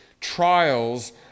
trials